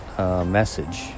Message